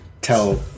tell